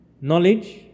Knowledge